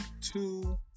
two